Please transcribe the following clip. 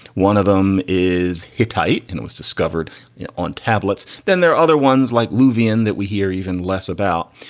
one of them is hittite, and it was discovered on tablets. then there are other ones like luvin that we hear even less about.